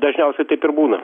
dažniausiai taip ir būna